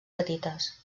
petites